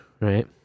right